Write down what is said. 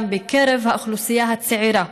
גם בקרב האוכלוסייה הצעירה,